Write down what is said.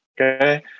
okay